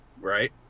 Right